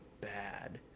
bad